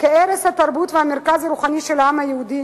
כערש התרבות והמרכז הרוחני של העם היהודי